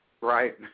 Right